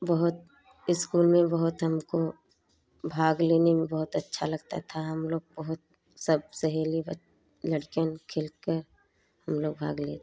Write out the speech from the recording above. बहुत स्कूल में बहुत हमको भाग लेने में बहुत अच्छा लगता था हम लोग बहुत सब सहेली ब लड़कियों खेल कर हम लोग भाग ले